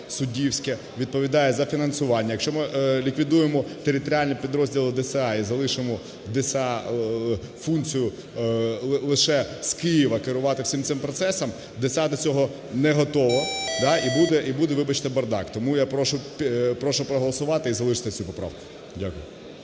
суддівське, відповідає за фінансування. Якщо ми ліквідуємо територіальні підрозділи ДСА і залишимо ДСА функцію лише з Києва керувати всім цим процесом, ДСА до цього не готова і буде, вибачте, бардак. Тому я прошу проголосувати і залишити цю поправку. Дякую.